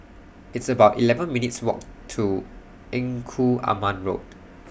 It's about eleven minutes' Walk to Engku Aman Road